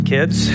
Kids